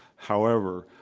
however,